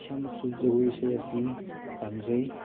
ꯏꯁꯥꯃꯛꯁꯨ ꯖꯒꯣꯏ ꯏꯁꯩ ꯑꯁꯤ ꯄꯥꯝꯖꯩ